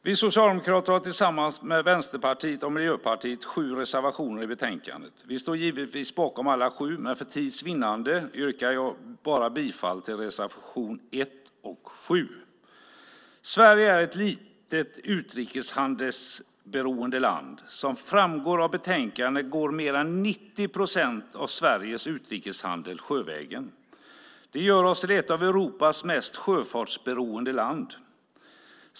Herr talman! Vi socialdemokrater har tillsammans med Vänsterpartiet och Miljöpartiet sju reservationer i betänkandet. Vi står givetvis bakom alla sju, men för tids vinnande yrkar jag bara bifall till reservationerna 1 och 7. Sverige är ett litet, utrikeshandelsberoende land. Som framgår av betänkandet går mer än 90 procent av Sveriges utrikeshandel sjövägen. Det gör oss till ett av Europas mest sjöfartsberoende länder.